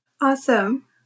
Awesome